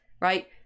right